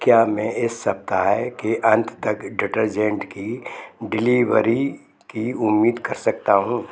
क्या मैं इस सप्ताह के अंत तक डिटर्जेंट की डिलीवरी की उम्मीद कर सकता हूँ